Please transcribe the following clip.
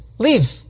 Leave